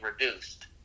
reduced